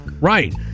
Right